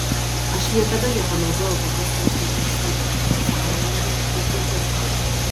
aš niekada nepanaudojau kokios nors neteisybės sąmoningai nekraipiau faktų